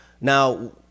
Now